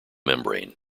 membrane